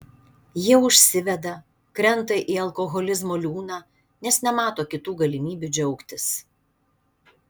jie užsiveda krenta į alkoholizmo liūną nes nemato kitų galimybių džiaugtis